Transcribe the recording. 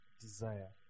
desire